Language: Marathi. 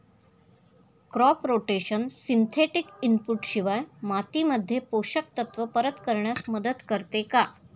क्रॉप रोटेशन सिंथेटिक इनपुट शिवाय मातीमध्ये पोषक तत्त्व परत करण्यास मदत करते का?